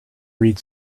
read